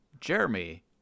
jeremy